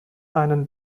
einen